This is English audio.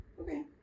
Okay